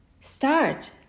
start